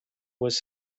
was